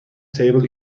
table